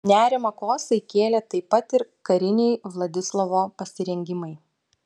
nerimą kosai kėlė taip pat ir kariniai vladislovo pasirengimai